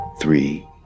three